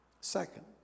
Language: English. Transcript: Second